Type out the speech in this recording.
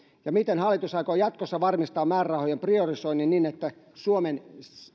miten hallitus aikoo jatkossa varmistaa määrärahojen priorisoinnin niin että suomen